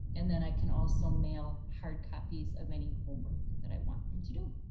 and then i can also mail hard copies of any homework that i want them to do.